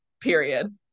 period